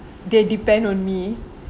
they depend on me